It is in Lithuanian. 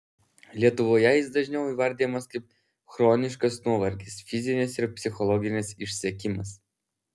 lietuvoje jis dažniau įvardijamas kaip chroniškas nuovargis fizinis ir psichologinis išsekimas